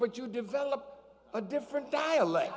but you develop a different dialect